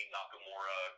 Nakamura